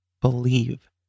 believe